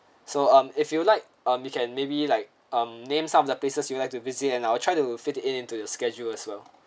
so um if you would like um you can maybe like um names some of the places you'd like to visit and I will try to fit into your schedule as well